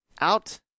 out